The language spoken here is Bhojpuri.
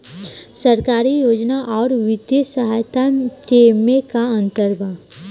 सरकारी योजना आउर वित्तीय सहायता के में का अंतर बा?